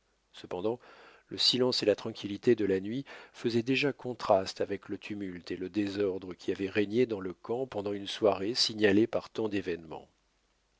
cependant le silence et la tranquillité de la nuit faisaient déjà contraste avec le tumulte et le désordre qui avaient régné dans le camp pendant une soirée signalée par tant d'événements